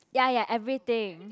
ya ya everything